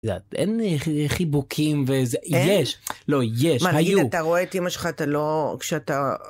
זה אין חיבוקים וזה יש, לא יש, היו. מה, תגיד, אתה רואה את אמא שלך, אתה לא... כשאתה...